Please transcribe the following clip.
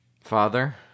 Father